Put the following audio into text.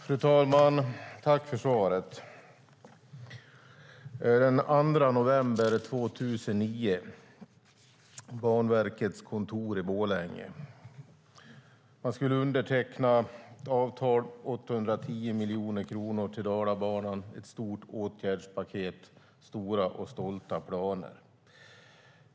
Fru talman! Tack för svaret, statsrådet! Den 2 november 2009 på Banverkets kontor i Borlänge skulle man underteckna ett avtal om 810 miljoner kronor till Dalabanan. Det var ett stort åtgärdspaket, stora och stolta planer.